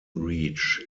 reach